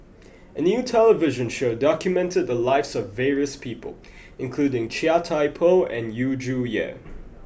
a new television show documented the lives of various people including Chia Thye Poh and Yu Zhuye